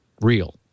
real